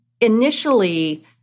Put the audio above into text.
initially